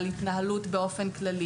על התנהלות באופן כללי.